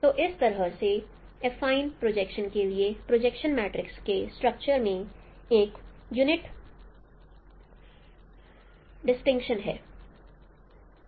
तो इस तरह के एफाइन प्रोजेक्शन के लिए प्रोजेक्शन मैट्रिक्स के स्ट्रक्चर में एक यूनिक डिस्टिंक्शन है